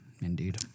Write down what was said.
Indeed